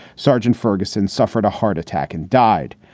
sergeant ferguson suffered a heart attack and died.